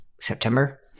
September